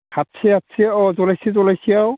हाबसे हाबसे औ जलायसे जलायसेयाव